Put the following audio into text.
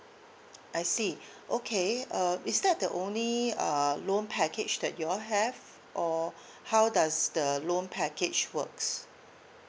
I see okay um is that the only uh loan package that you all have or how does the loan package works